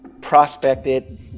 prospected